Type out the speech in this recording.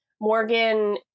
Morgan